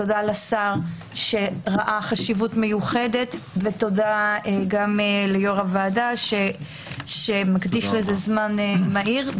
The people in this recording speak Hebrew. תודה לשר שראה חשיבות מיוחדת וליו"ר הוועדה שמקדיש לזה זמן מהיר.